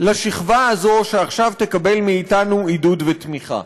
לשכבה הזאת שעכשיו תקבל מאתנו עידוד ותמיכה.